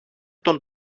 τον